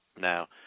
Now